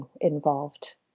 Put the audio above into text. involved